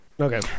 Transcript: Okay